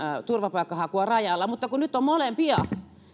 turvapaikkahakua rajalla mutta kun nyt on molempia